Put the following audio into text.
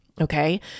okay